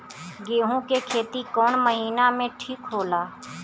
गेहूं के खेती कौन महीना में ठीक होला?